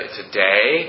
today